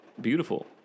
beautiful